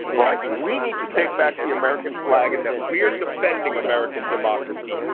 right? we need to take back the american flag, and that we're defending american democracy,